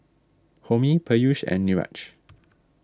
Homi Peyush and Niraj